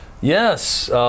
Yes